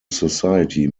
society